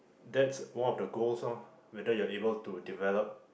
that's one of the goals lor whether you're able to develop